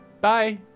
Bye